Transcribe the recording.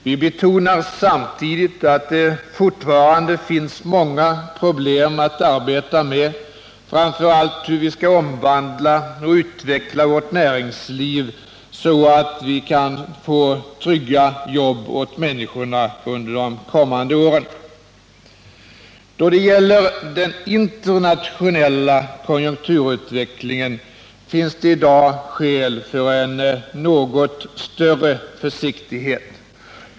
Vi betonar samtidigt att det fortfarande finns många problem att arbeta med, framför allt hur vi skall omvandla och utveckla vårt näringsliv så att vi kan få trygga jobb åt människorna under de kommande åren. Då det gäller den internationella konjunkturutvecklingen finns det i dag skäl för en något större försiktighet.